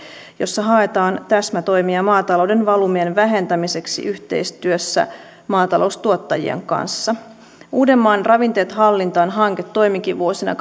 jossa haetaan täsmätoimia maatalouden valumien vähentämiseksi yhteistyössä maataloustuottajien kanssa uudenmaan ravinteet hallintaan hanke toimikin vuosina